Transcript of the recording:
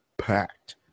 packed